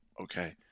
Okay